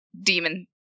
demon